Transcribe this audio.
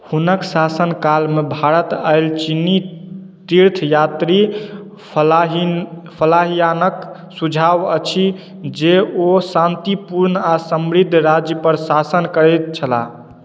हुनक शासन कालमे भारत आयल चीनी तीर्थयात्री फाहियानक सुझाव अछि जे ओ शान्तिपूर्ण आ समृद्ध राज्य पर शासन करैत छलाह